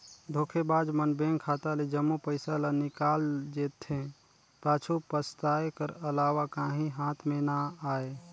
धोखेबाज मन बेंक खाता ले जम्मो पइसा ल निकाल जेथे, पाछू पसताए कर अलावा काहीं हाथ में ना आए